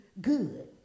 good